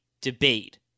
debate